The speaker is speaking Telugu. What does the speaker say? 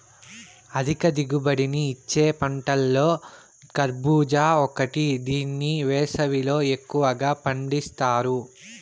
అధిక దిగుబడిని ఇచ్చే పంటలలో కర్భూజ ఒకటి దీన్ని వేసవిలో ఎక్కువగా పండిత్తారు